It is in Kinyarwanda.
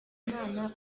imana